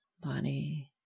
body